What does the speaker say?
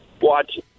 watch